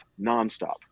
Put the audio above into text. nonstop